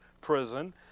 prison